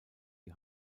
die